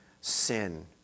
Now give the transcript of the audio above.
sin